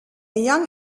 young